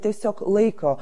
tiesiog laiko